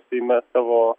seime savo